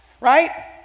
right